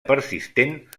persistent